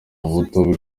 buto